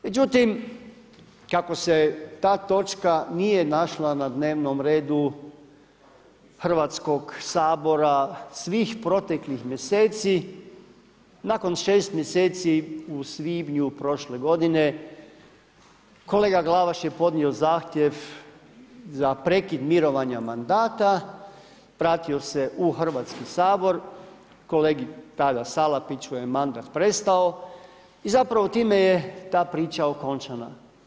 Međutim, kako se ta točka nije našla na dnevnom redu Hrvatskog sabora svih proteklih mjeseci, nakon 6 mjeseci u svibnju prošle godine, kolega Glavaš je podnio zahtjev za prekid mirovanja mandata, vratio se u Hrvatski sabor, kolegi tada Salapiću je mandat prestao i zapravo time je ta priča okončana.